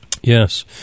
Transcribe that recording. Yes